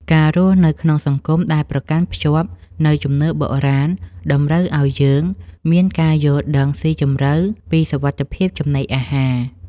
ការរស់នៅក្នុងសង្គមដែលប្រកាន់ភ្ជាប់នូវជំនឿបុរាណតម្រូវឱ្យយើងមានការយល់ដឹងស៊ីជម្រៅពីសុវត្ថិភាពចំណីអាហារ។